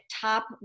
top